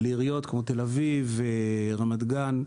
לעיריות כמו תל אביב ורמת גן.